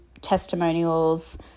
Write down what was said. testimonials